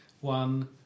one